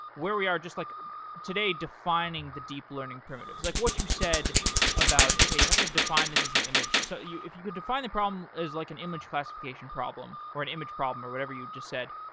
where we are just like today, defining the deep learning primitives. like what you said about, okay, you have to define this as an image. so if you could define the problem as like, an image classification problem, or an image problem, or whatever you just said,